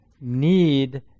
need